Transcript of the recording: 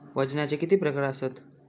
वजनाचे किती प्रकार आसत?